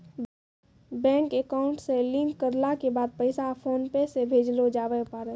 bank account से link करला के बाद पैसा फोनपे से भेजलो जावै पारै